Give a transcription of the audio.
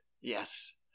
Yes